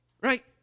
Right